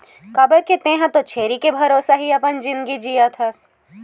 काबर के तेंहा तो छेरी के भरोसा ही अपन जिनगी जियत हस